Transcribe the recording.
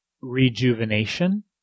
rejuvenation